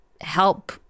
help